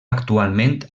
actualment